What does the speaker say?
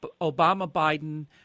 Obama-Biden